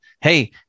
Hey